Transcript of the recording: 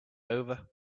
over